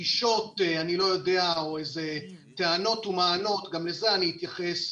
גישות או טענות ומענות גם לזה אני אתייחס